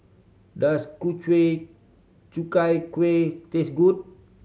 does ku kuih taste good